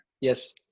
Yes